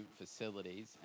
facilities